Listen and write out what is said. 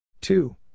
Two